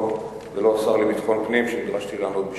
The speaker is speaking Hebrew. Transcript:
ולא השר לביטחון פנים שנדרשתי לענות בשמו.